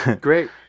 great